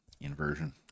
inversion